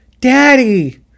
Daddy